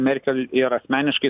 merkel ir asmeniškai